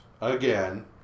Again